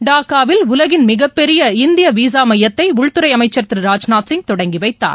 டாக்காவில் உலகின் மிகப்பெரிய இந்தியவிசாமையத்தைஉள்துறைஅமைச்சர் திரு ராஜ்நாத் சிங் தொடங்கிவைத்தார்